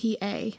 pa